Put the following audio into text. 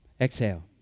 Exhale